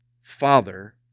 Father